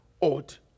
ought